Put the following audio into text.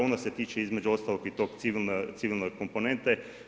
Ona se tiče između ostalog i tog civilne komponente.